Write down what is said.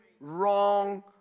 wrong